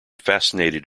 fascinated